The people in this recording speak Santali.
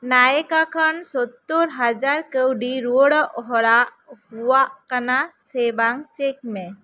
ᱱᱟᱭᱠᱟ ᱠᱷᱚᱱ ᱥᱚᱛᱛᱩᱨ ᱦᱟᱡᱟᱨ ᱠᱟ ᱣᱰᱤ ᱨᱩᱣᱟ ᱲᱚᱜ ᱦᱚᱲᱟᱜ ᱦᱳᱣᱟᱜ ᱠᱟᱱᱟ ᱥᱮ ᱵᱟᱝ ᱪᱮᱠ ᱢᱮ